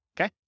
okay